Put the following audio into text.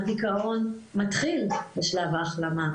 הדיכאון מתחיל בשלב ההחלמה,